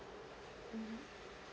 mmhmm